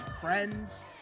friends